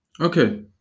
Okay